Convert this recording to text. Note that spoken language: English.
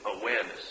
awareness